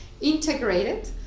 integrated